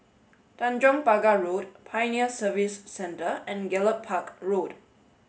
Tanjong Pagar Road Pioneer Service Centre and Gallop Park Road